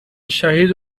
شهید